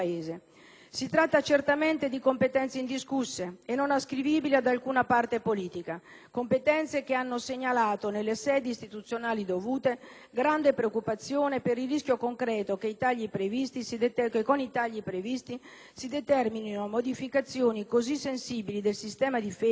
Si tratta certamente di competenze indiscusse e non ascrivibili ad alcuna parte politica, competenze che hanno segnalato nelle sedi istituzionali dovute grande preoccupazione per il rischio concreto che, con i tagli previsti, si determinino modificazioni così sensibili del sistema difesa